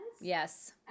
Yes